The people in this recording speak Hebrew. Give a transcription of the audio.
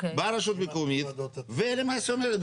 באה רשות מקומית ולמעשה אומרת,